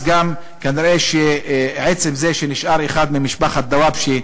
אז גם כנראה עצם זה שנשאר אחד ממשפחת דוואבשה,